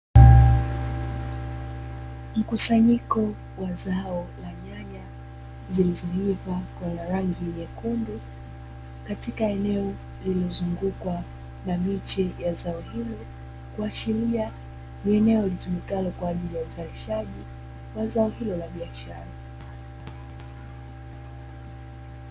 Mkusanyiko wa zao la nyanya zilizoiva kwenye rangi nyekundu, katika eneo lililozungukwa na miche ya zao hili kuashiria ni eneo litumikalo kwa ajili ya uzalishaji wa zao hilo la biashara.